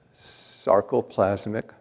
sarcoplasmic